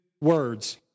words